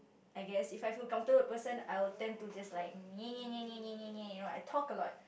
I guess if I feel comfortable with the person I will tend to just like you know I talk a lot